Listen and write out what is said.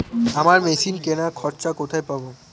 আমরা মেশিন কেনার খরচা কোথায় পাবো?